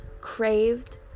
craved